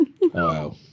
Wow